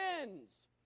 wins